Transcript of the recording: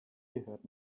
gehört